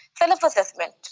self-assessment